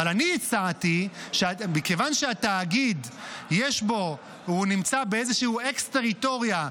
אבל אני הצעתי מכיוון שהתאגיד נמצא באיזושהי אקס-טריטוריה,